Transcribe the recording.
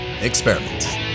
experiment